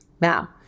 Now